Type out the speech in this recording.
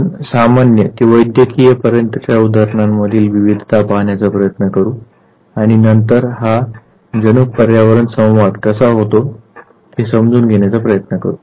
आपण सामान्य ते वैद्यकीय पर्यंतच्या उदाहरणांमधील विवधता पहाण्याचा प्रयत्न करू आणि नंतर हा जनुक पर्यावरण संवाद कसा होतो हे समजून घेण्याचा प्रयत्न करू